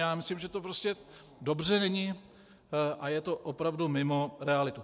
A já myslím, že to dobře není a je to opravdu mimo realitu.